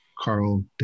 Carl